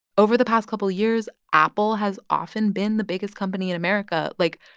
over the past couple of years, apple has often been the biggest company in america. like,